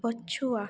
ପଛୁଆ